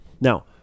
Now